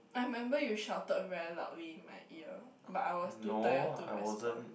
I remember you shouted very loudly in my ear but I was too tired to respond